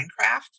Minecraft